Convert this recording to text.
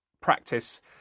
practice